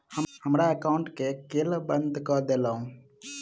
हमरा एकाउंट केँ केल बंद कऽ देलु?